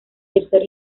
tercer